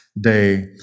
day